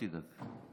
אל תדאג,